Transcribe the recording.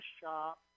shop